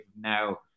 now